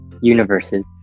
universes